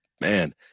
man